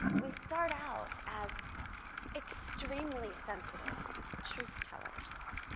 we start out as extremely sensitive truth-tellers.